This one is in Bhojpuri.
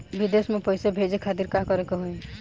विदेश मे पैसा भेजे खातिर का करे के होयी?